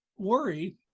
worry